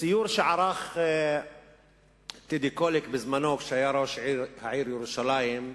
בסיור שערך טדי קולק, כשהיה ראש העיר ירושלים,